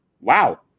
wow